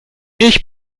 ich